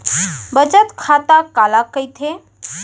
बचत खाता काला कहिथे?